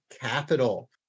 Capital